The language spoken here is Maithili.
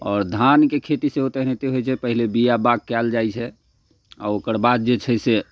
आओर धानके खेती सेहो तेनाहिते होइत छै पहिले बिआ बाग कयल जाइत छै आ ओकर बाद जे छै से